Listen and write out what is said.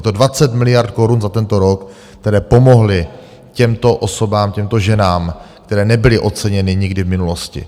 Je to 20 miliard korun za tento rok, které pomohly těmto osobám, těmto ženám, které nebyly oceněny nikdy v minulosti.